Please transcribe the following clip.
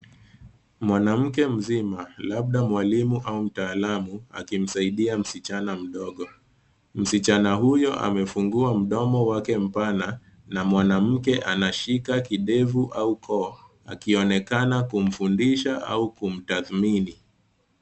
Mwanamke mzima labda mwalimu au mtaalamu akimsaidia msichana mdogo. Msichana huyo amefungua mdomo wake mpana na mwanamke anashika kidevu au koo akionekana kumfundisha au kumtathmini.